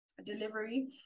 delivery